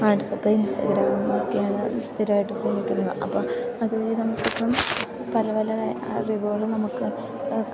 WhatsApp Instagram ഒക്കെയാണ് സ്ഥിരമായിട്ട് ഉപയോഗിക്കുന്നത് അപ്പം അതു വഴി നമുക്കിപ്പം പല പല അറിവുകൾ നമുക്ക്